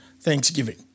Thanksgiving